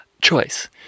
choice